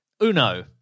Uno